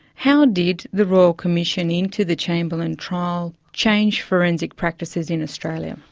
how did the royal commission into the chamberlain trial change forensic practices in australia?